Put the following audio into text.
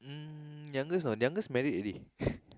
uh youngest ah youngest married already